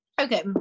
Okay